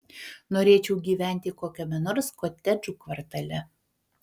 norėčiau gyventi kokiame nors kotedžų kvartale